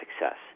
success